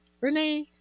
renee